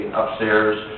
upstairs